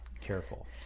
careful